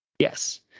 Yes